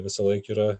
visąlaik yra